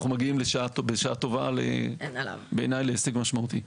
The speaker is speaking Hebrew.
אנחנו מגיעים בשעה טובה בעיניי להישג משמעותי.